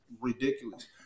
ridiculous